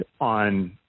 on